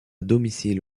domicile